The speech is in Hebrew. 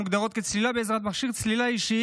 המוגדרת כצלילה בעזרת מכשיר צלילה אישי